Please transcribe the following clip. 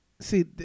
See